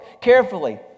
Carefully